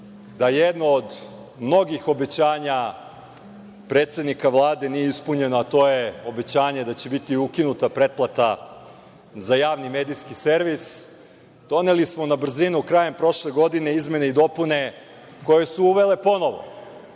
da jedno od mnogih obećanja predsednika Vlade nije ispunjeno, a to je obećanje da će biti ukinuta pretplata za Javni medijski servis, doneli smo na brzinu krajem prošle godine izmene i dopune koje su uvele ponovo